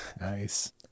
Nice